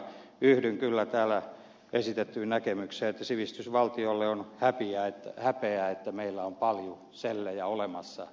yhdyn kyllä täällä esitettyyn näkemykseen että sivistysvaltiolle on häpeä että meillä on paljusellejä olemassa